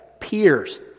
peers